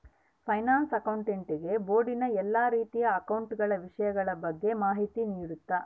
finance accounting board ನ ಎಲ್ಲಾ ರೀತಿಯ ಅಕೌಂಟ ಗಳ ವಿಷಯಗಳ ಬಗ್ಗೆ ಮಾಹಿತಿ ನೀಡುತ್ತ